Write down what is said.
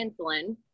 insulin